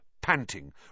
panting